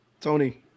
Tony